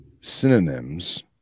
synonyms